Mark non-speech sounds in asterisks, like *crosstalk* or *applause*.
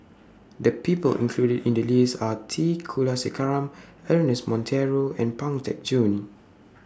The People *noise* included in The list Are T Kulasekaram Ernest Monteiro and Pang Teck Joon